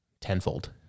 tenfold